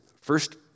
first